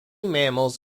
mammals